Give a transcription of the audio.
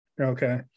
Okay